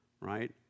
right